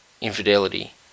infidelity